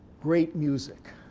great music.